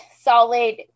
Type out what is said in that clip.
solid